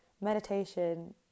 meditation